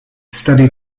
study